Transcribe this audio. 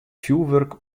fjoerwurk